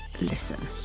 listen